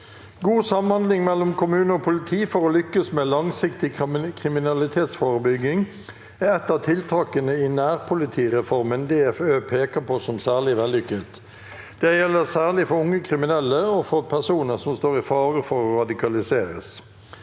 «God samhandling mellom kommune og politi for å lykkes med langsiktig kriminalitetsforebygging er et av tiltakene i nærpolitireformen DFØ peker på som særlig vellykket. Det gjelder særlig for unge kriminelle og for personer som står i fare for å radikaliseres.